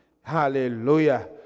Hallelujah